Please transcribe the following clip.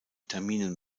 terminen